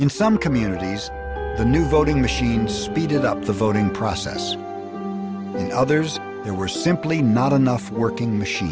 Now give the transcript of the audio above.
in some communities the new voting machines speeded up the voting process others there were simply not enough working machine